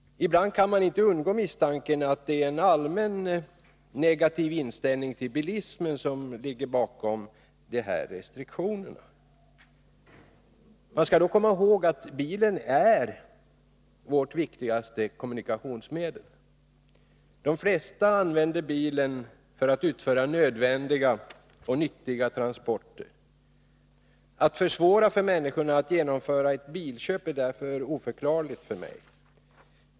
Ibland kan man inte undgå misstanken att det är en allmänt negativ inställning till bilismen som ligger bakom de här restriktionerna. Man skall då komma ihåg att bilen är vårt viktigaste kommunikationsmedel. De flesta använder bilen för att utföra nödvändiga och nyttiga transporter. Att man försvårar för människorna att genomföra ett bilköp är därför oförklarligt för mig.